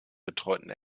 betreuten